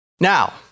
Now